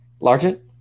Largent